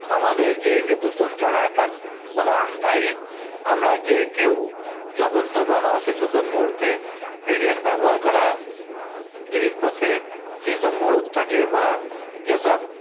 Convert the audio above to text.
আমাদের যে এই যে দূষণ ছড়ায় তার প্রধান দায়ী আমরা যে কেউ যখন তখন অসচেতন মুহুর্তে নিজের ব্যবহার করা জিনিসপত্রের যে সব মোড়ক থাকে বা যে সব